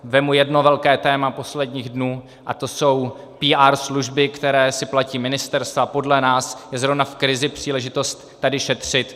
Vezmu jedno velké téma posledních dnů a to jsou PR služby, které si platí ministerstva, a podle nás je zrovna v krizi příležitost tady šetřit.